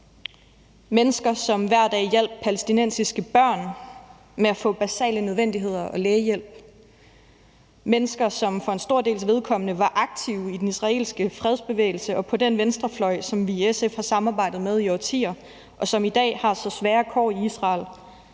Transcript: mennesker, som hver dag hjalp palæstinensiske børn med at få basale nødvendigheder og lægehjælp, mennesker, som for en stor dels vedkommende var aktive i den israelske fredsbevægelse og på den venstrefløj, som vi i SF har samarbejdet med i årtier, og som i dag har så svære kår i Israel,